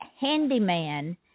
handyman